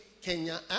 Kenya